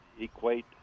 equate